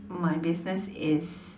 my business is